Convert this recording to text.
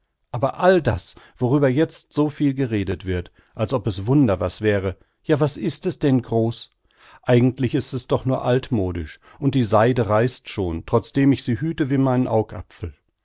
aber all das worüber jetzt so viel geredet wird als ob es wunder was wäre ja was ist es denn groß eigentlich ist es doch nur altmodisch und die seide reißt schon trotzdem ich sie hüte wie meinen augapfel